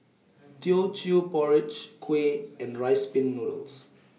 Teochew Porridge Kuih and Rice Pin Noodles